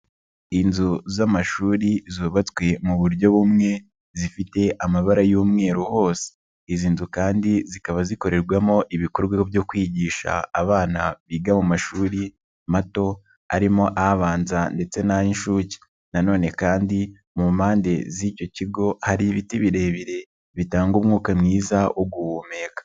Inzu z'amashuri zubatswe mu buryo bumwe, zifite amabara y'umweru hose. Izi nzu kandi zikaba zikorerwamo ibikorwa byo kwigisha abana biga mu mashuri mato arimo abanza ndetse n'ay'shuke. Na none kandi mu mpande z'icyo kigo hari ibiti birebire bitanga umwuka mwiza wo guhumeka.